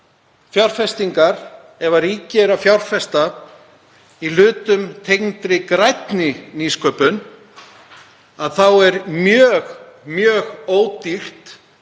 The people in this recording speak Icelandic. fjárfestingar, ef ríkið er að fjárfesta í hlutum tengdum grænni nýsköpun, þá er mjög ódýrt